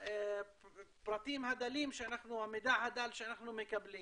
מהפרטים הדלים, מהמידע הדל שאנחנו מקבלים